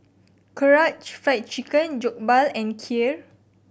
Karaage Fried Chicken Jokbal and Kheer